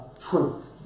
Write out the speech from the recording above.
truth